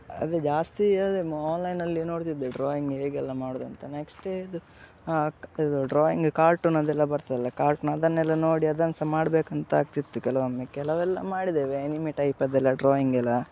ಅದು ಜಾಸ್ತಿ ಅದೇ ಆನ್ಲೈನಲ್ಲಿ ನೋಡ್ತಿದ್ದೆವು ಡ್ರಾಯಿಂಗ್ ಹೇಗೆಲ್ಲ ಮಾಡೋದಂತ ನೆಕ್ಸ್ಟ್ ಇದು ಇದು ಡ್ರಾಯಿಂಗ್ ಕಾರ್ಟೂನ್ ಅದೆಲ್ಲ ಬರ್ತದಲ್ಲ ಕಾರ್ಟೂನ್ ಅದನ್ನೆಲ್ಲ ನೋಡಿ ಅದನ್ನ ಸಹ ಮಾಡ್ಬೇಕಂತ ಆಗ್ತಿತ್ತು ಕೆಲವೊಮ್ಮೆ ಕೆಲವೆಲ್ಲ ಮಾಡಿದ್ದೇವೆ ಅನಿಮಿ ಟೈಪ್ದು ಡ್ರಾಯಿಂಗ್ಯೆಲ್ಲ